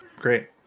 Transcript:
Great